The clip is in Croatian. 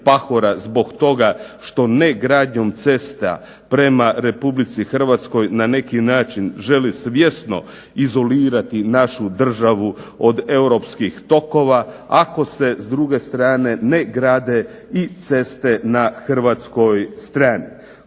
zbog toga što negradnjom cesta prema Republici Hrvatskoj na neki način želi svjesno izolirati našu državu od europskih tokova, ako se s druge strane ne grade i cesta na hrvatskoj strani.